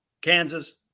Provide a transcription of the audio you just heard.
Kansas